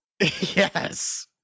Yes